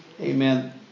Amen